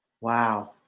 Wow